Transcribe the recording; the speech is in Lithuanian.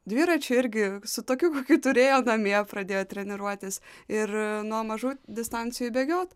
dviračiu irgi su tokiu kokį turėjo namie pradėjo treniruotis ir nuo mažų distancijų bėgiot